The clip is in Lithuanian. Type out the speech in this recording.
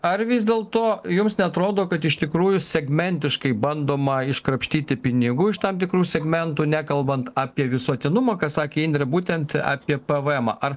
ar vis dėlto jums neatrodo kad iš tikrųjų segmentiškai bandoma iškrapštyti pinigų iš tam tikrų segmentų nekalbant apie visuotinumą ką sakė indrė būtent apie pvemą ar